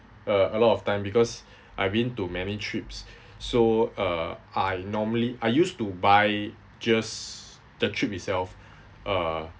uh a lot of time because I've been to many trips so uh I normally I used to buy just the trip itself uh